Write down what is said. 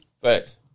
Facts